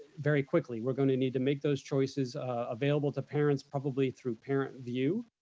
very quickly. we're gonna need to make those choices available to parents probably through parent view.